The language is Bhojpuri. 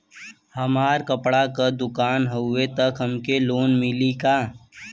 हमार कपड़ा क दुकान हउवे त हमके लोन मिली का?